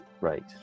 right